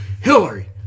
Hillary